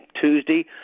Tuesday